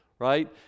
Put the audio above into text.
Right